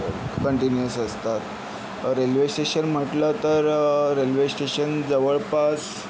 continuous असतात railway station म्हटलं तर रेल्वे स्टेशन जवळपास